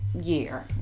year